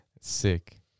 Sick